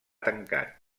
tancat